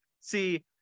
See